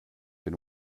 been